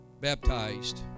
baptized